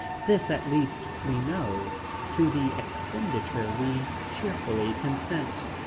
this at least we know to the expenditure we cheerfully consent.